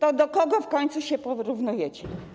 To do kogo w końcu się porównujecie?